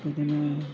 बिदिनो